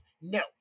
No